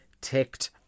ticked